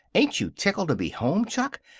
ain't you tickled to be home, chuck?